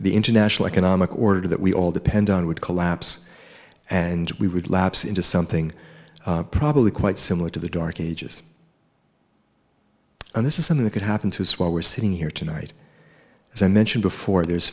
the international economic order that we all depend on would collapse and we would lapse into something probably quite similar to the dark ages and this is some of that could happen to swell we're sitting here tonight as i mentioned before there's